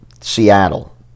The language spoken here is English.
Seattle